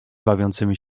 bawiącymi